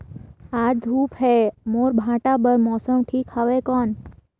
आज धूप हे मोर भांटा बार मौसम ठीक हवय कौन?